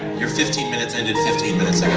your fifteen minutes ended fifteen minutes